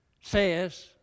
says